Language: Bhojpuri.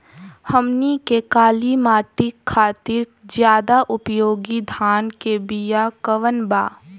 हमनी के काली माटी खातिर ज्यादा उपयोगी धान के बिया कवन बा?